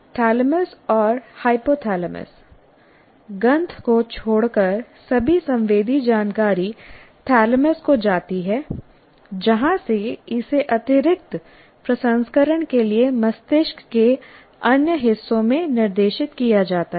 thalamus और hypothalamus गंध को छोड़कर सभी संवेदी जानकारी थैलेमस को जाती है जहां से इसे अतिरिक्त प्रसंस्करण के लिए मस्तिष्क के अन्य हिस्सों में निर्देशित किया जाता है